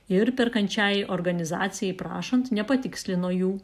ir perkančiajai organizacijai prašant nepatikslino jų